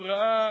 הוא ראה